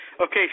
Okay